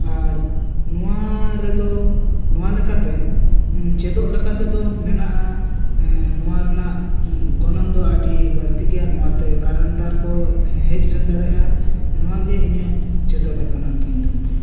ᱟᱨ ᱱᱚᱣᱟ ᱨᱮᱫᱚ ᱱᱚᱣᱟ ᱞᱮᱠᱟᱛᱮ ᱪᱮᱫᱚᱜ ᱞᱮᱠᱟ ᱛᱮᱫᱚ ᱢᱮᱱᱟᱜᱼᱟ ᱱᱚᱣᱟ ᱨᱮᱱᱟᱜ ᱜᱚᱱᱚᱝ ᱫᱚ ᱟᱹᱰᱤ ᱵᱟᱹᱲᱛᱤ ᱜᱮᱭᱟ ᱱᱚᱣᱟ ᱛᱮᱫᱚ ᱠᱟᱨᱮᱱ ᱛᱟᱨ ᱠᱚ ᱦᱮᱡ ᱥᱮᱱ ᱫᱟᱲᱮᱭᱟᱜᱼᱟ ᱱᱚᱣᱟ ᱜᱮ ᱤᱧᱟᱹᱜ ᱪᱮᱫᱚᱜ ᱞᱮᱠᱟᱱᱟᱜ ᱛᱤᱧ ᱫᱚ